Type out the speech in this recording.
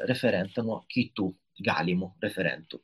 referentą nuo kitų galimų referentų